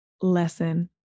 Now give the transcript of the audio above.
lesson